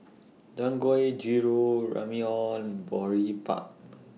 Dangoijiru Ramyeon and Boribap